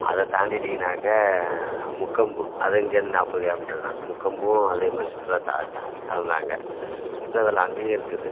அதை தாண்டிவிட்டீங்கன்னாக்கா முக்கொம்பு அது இங்கிருந்து நாற்பது கிலோ மீட்டர் தான் முக்கொம்பும் அதே மாதிரி சுற்றுலாத் த த தலம் தான் அங்கே சுற்றுலாத்தலம் அங்கேயும் இருக்குது